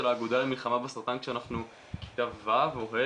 האגודה למלחמה בסרטן כשאנחנו בכיתה ה' או ו',